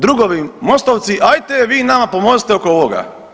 Drugovi MOST-ovci hajte vi nama pomozite oko ovoga.